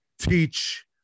teach